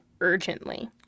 urgently